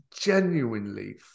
genuinely